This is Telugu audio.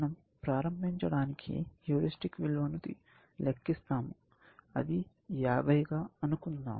మనం ప్రారంభించడానికి హ్యూరిస్టిక్ విలువను లెక్కిస్తాము అది 50 గా అనుకుందాం